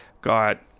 got